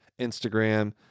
Instagram